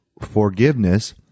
forgiveness